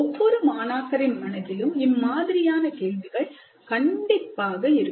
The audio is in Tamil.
ஒவ்வொரு மாணாக்கரின் மனதிலும் இம்மாதிரியான கேள்விகள் கண்டிப்பாக இருக்கும்